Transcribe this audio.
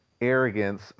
arrogance